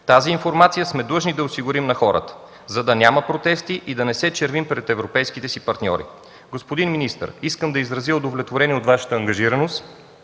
Тази информация сме длъжни да осигурим на хората, за да няма протести и да не се червим пред европейските си партньори. Господин министър, искам да изразя удовлетворение от Вашата ангажираност